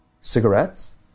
cigarettes